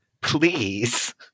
Please